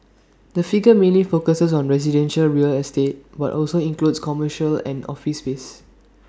the figure mainly focuses on residential real estate but also includes commercial and office space